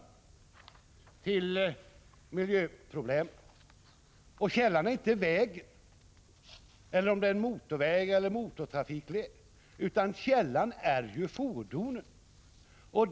Och källan är inte vägarna, och det har ingen betydelse om det är en motorväg eller en motortrafikled, utan källan är fordonen.